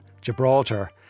Gibraltar